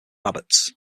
abbots